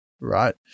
right